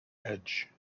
edge